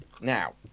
Now